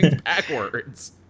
backwards